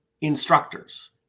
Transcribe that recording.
instructors